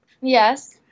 Yes